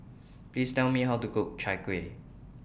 Please Tell Me How to Cook Chai Kueh